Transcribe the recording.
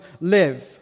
live